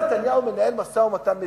עכשיו נתניהו מנהל משא-ומתן מדיני.